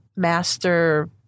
master